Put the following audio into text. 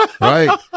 right